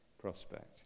prospect